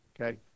okay